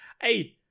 Hey